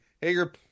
Hager